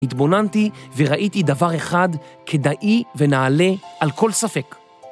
התבוננתי וראיתי דבר אחד כדאי ונעלה על כל ספק.